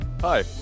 Hi